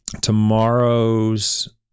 Tomorrow's